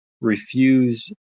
refuse